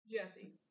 Jesse